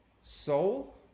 soul